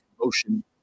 motion